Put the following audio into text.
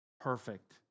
Perfect